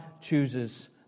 chooses